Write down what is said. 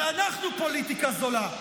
אבל אנחנו פוליטיקה זולה.